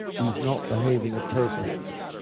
he's not behaving appropriately.